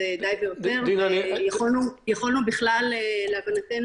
אני חושב שהיא ליבת שיקול הדעת בכל מקום